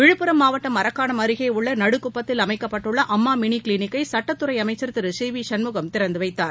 விழுப்புரம் மாவட்டம் மரக்காணம் அருகே உள்ள நடுக்குப்பத்தில் அமைக்கப்பட்டுள்ள அம்மா மினி கிளினிக்கை சட்டத்துறை அமைச்சர் திரு சி வி சண்முகம் திறந்து வைத்தார்